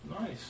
Nice